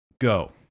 Go